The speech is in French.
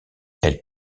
elle